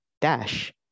Dash